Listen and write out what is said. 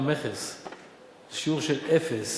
לשיעור של אפס